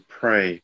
pray